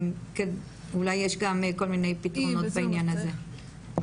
אולי יש גם כל מיני פתרונות בעניין הזה.